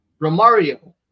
Romario